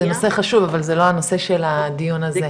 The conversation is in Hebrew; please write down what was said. זה נושא חשוב, אבל זה לא הנושא של הדיון הזה.